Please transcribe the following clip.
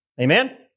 Amen